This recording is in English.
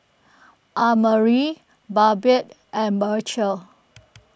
Annmarie Babette and Beecher